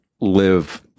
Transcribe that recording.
live